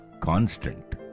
constant